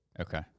Okay